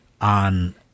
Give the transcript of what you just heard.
on